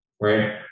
right